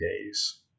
days